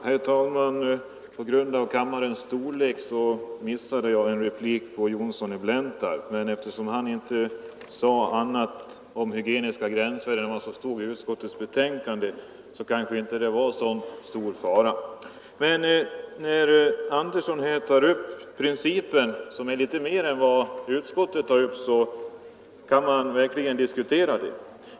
Herr talman! På grund av salens storlek missade jag en replik av herr Johnsson i Blentarp, men eftersom han inte sade någonting annat om hygieniska gränsvärden än vad som står i utskottets betänkande kanske det inte var så stor skada. När emellertid herr Sivert Andersson i Stockholm berör principer som innebär litet mer än vad utskottet tar upp, så kan det verkligen finnas anledning att diskutera dem.